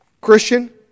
Christian